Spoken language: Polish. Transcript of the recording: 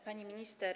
Pani Minister!